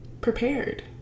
prepared